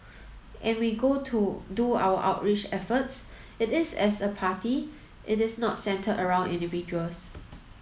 and we go to do our outreach efforts it is as a party it is not centred around individuals